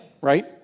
right